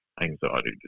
anxiety